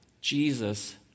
Jesus